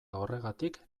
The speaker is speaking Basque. horregatik